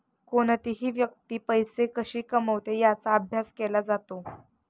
कोणतीही व्यक्ती पैसे कशी कमवते याचा अभ्यास केला जातो